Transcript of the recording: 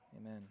amen